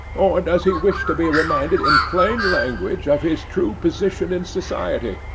or does he wish to be reminded in plain language of his true position in society,